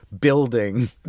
building